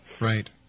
Right